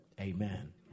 Amen